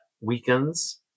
weakens